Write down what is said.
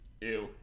ew